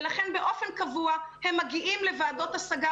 ולכן באופן קבוע הם מגיעים לוועדות השגה,